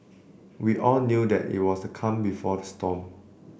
we all knew that it was the calm before the storm